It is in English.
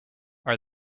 are